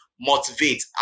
Motivate